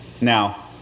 now